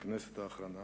מהכנסת האחרונה,